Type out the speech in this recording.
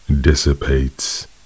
dissipates